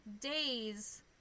days